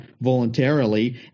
voluntarily